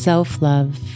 Self-love